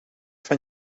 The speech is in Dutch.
van